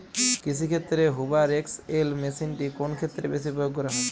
কৃষিক্ষেত্রে Hoover XL মেশিনটি কোন ক্ষেত্রে বেশি প্রয়োগ করা হয়?